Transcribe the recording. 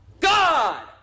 God